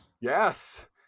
Yes